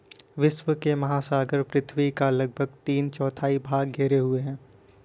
विश्व के महासागर पृथ्वी का लगभग तीन चौथाई भाग घेरे हुए हैं